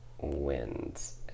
wins